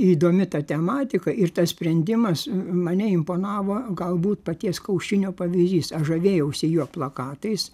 įdomi ta tematika ir tas sprendimas mane imponavo galbūt paties kaušinio pavyzdys aš žavėjausi jo plakatais